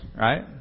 right